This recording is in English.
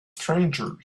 strangers